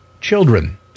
children